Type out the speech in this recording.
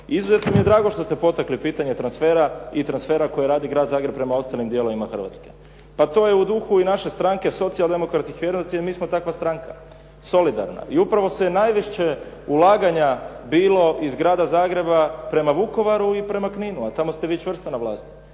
izuzetno mi je drago što ste potakli pitanje transfera i transfera koje radi Grad Zagreb prema ostalim dijelovima Hrvatske. Pa to je u duhu i naše stranke, socijal-demokratskih vrijednosti jer mi smo takva stranka, solidarna. I upravo je najviše ulaganja bilo iz Grada Zagreba prema Vukovaru i prema Kninu, a tamo ste vi čvrsto na vlasti.